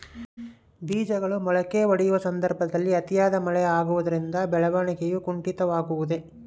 ಬೇಜಗಳು ಮೊಳಕೆಯೊಡೆಯುವ ಸಂದರ್ಭದಲ್ಲಿ ಅತಿಯಾದ ಮಳೆ ಆಗುವುದರಿಂದ ಬೆಳವಣಿಗೆಯು ಕುಂಠಿತವಾಗುವುದೆ?